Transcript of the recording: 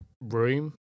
room